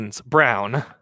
Brown